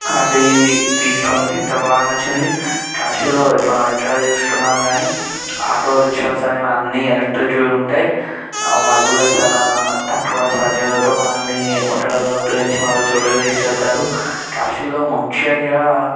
అది తీసుకున్నది ఎంత బాగా నచ్చింది కాశీలో మనమెక్కడ చూసుకున్నా గానీ ఆటో రిక్షాస్ అనేవి అన్నీ ఎలక్ట్రిక్క్వి ఉంటాయి వాళ్ళు కూడా చాలా తక్కువ ఛార్జీలతో మనల్ని ఒక చోటు నుంచి మరొక చోటికి తీసుకెళ్తారు కాశీలో ముఖ్యంగా